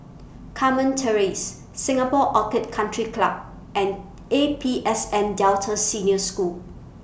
Carmen Terrace Singapore Orchid Country Club and A P S N Delta Senior School